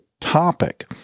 topic